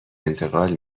انتقال